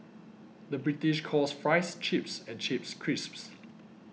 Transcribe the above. the British calls Fries Chips and Chips Crisps